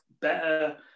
better